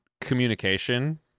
communication